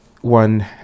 one